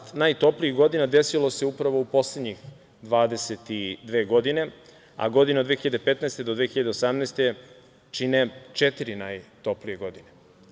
Dvadeset najtoplijih godina desilo se upravo u poslednjih 22 godine, a godina 2015. do 2018. čine četiri najtoplije godine.